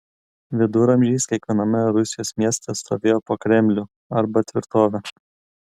viduramžiais kiekviename rusijos mieste stovėjo po kremlių arba tvirtovę